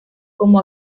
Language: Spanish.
como